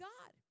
God